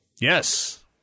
Yes